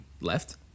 left